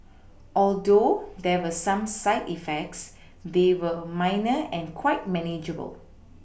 although there were some side effects they were minor and quite manageable